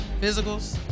Physicals